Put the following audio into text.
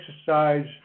exercise